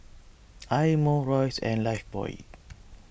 Eye Mo Royce and Lifebuoy